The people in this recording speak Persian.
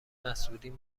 مسئولین